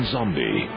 Zombie